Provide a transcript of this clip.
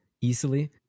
easily